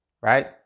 right